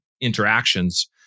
interactions